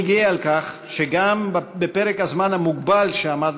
אני גאה על כך שגם בפרק הזמן המוגבל שעמד